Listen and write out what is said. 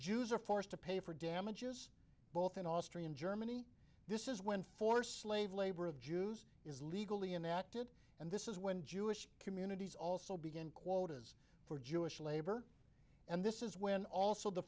jews are forced to pay for damages both in austria and germany this is when forced slave labor of jews is legally enacted and this is when jewish communities also begin quotas for jewish labor and this is when also the